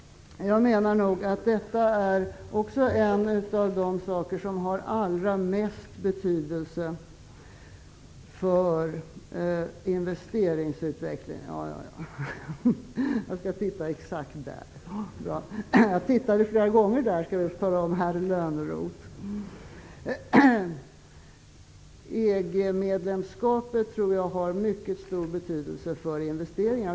Jag menar nog att detta också hör till de saker som har den allra största betydelsen för investeringsutvecklingen. Ett EG-medlemskap har, tror jag, mycket stor betydelse för investeringarna.